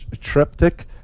triptych